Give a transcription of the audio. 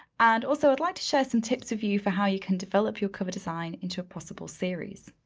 and also, i'd like to share some tips of you for how you can develop your cover design into a possible series.